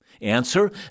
Answer